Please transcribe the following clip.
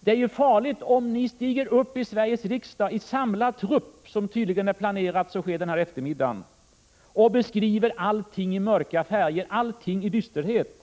Det är farligt om ni går upp i Sveriges riksdag — i samlad trupp, som tydligen är planerat att ske denna eftermiddag — och beskriver allting i mörka färger och dysterhet.